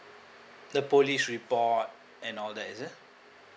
the police report and all that is it